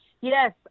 Yes